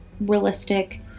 realistic